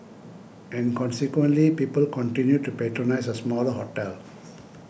and consequently people continued to patronise a smaller hotel